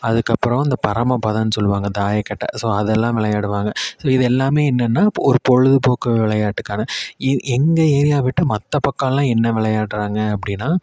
அதுக்கப்புறம் இந்த பரமபதம்ன்னு சொல்லுவாங்க தாயக்கட்டை ஸோ அதெல்லாம் விளையாடுவாங்க ஸோ இது எல்லாமே என்னென்னா ஒரு பொழுதுபோக்கு விளையாட்டுக்கான இ எங்கள் ஏரியா விட்டு மற்ற பக்கம் எல்லாம் என்ன விளையாடுறாங்க அப்படினா